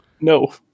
No